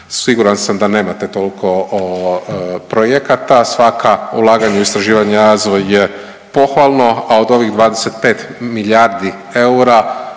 siguran sam da nemate toliko projekata, svaka ulaganja u istraživanje i razvoj je pohvalno, a od ovih 25 milijardi eura